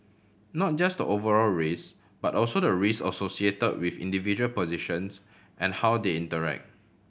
not just the overall risk but also the risk associate with individual positions and how they interact